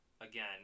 Again